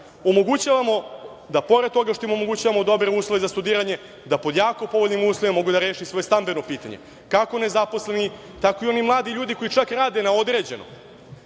JJ/JGOmogućavamo da pored toga što im omogućavamo dobre uslove za studiranje da pod jako povoljnim uslovima mogu da reše i svoje stambeno pitanje, kako nezaposleni, tako i oni mladi ljudi koji čak rade na određeno,